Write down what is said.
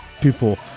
people